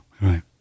right